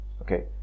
okay